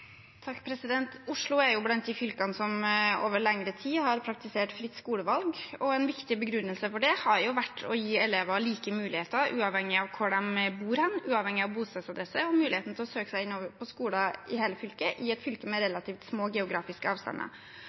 Oslo er jo blant de fylkene som over lengre tid har praktisert fritt skolevalg, og en viktig begrunnelse for det har vært å gi elever like muligheter, uavhengig av bostedsadresse, til å søke seg inn på skoler i hele fylket, et fylke med relativt små geografiske avstander.